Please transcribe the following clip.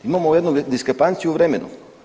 Imamo jednu diskrepanciju u vremenu.